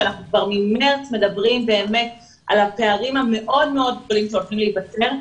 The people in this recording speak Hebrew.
כשאנחנו כבר ממרץ מדברים על הפערים המאוד מאוד גדולים שעלולים להיווצר.